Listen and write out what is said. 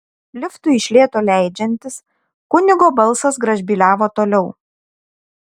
liftui iš lėto leidžiantis kunigo balsas gražbyliavo toliau